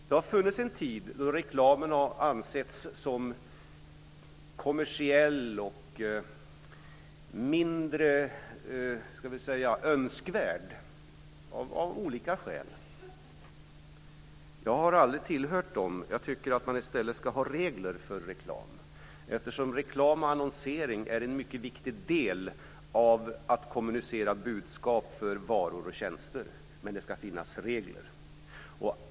Det har funnits en tid då reklamen har ansetts som kommersiell och av olika skäl mindre önskvärd. Jag har aldrig tillhört dem. Jag tycker att man i stället ska ha regler för reklam eftersom reklam och annonsering är en viktig del av att kommunicera budskap för varor och tjänster. Men det ska finnas regler.